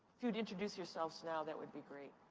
if you'd introduce yourselves now, that would be great.